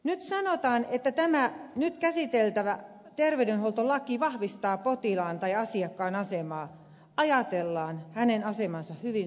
nyt kun sanotaan että tämä nyt käsiteltävä terveydenhuoltolaki vahvistaa potilaan tai asiakkaan asemaa ajatellaan hänen asemansa hyvin suppeasti